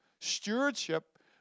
Stewardship